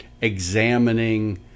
examining